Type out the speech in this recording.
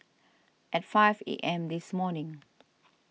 at five A M this morning